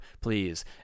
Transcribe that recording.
please